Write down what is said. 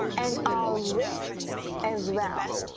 and our wrists as well,